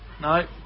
No